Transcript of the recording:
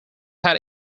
had